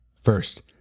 First